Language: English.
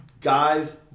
guys